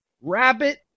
rabbit